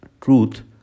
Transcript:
truth